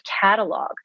catalog